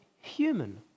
human